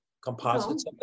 composites